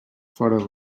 fora